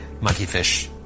Monkeyfish